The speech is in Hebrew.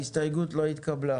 הצבעה ההסתייגויות לא התקבלו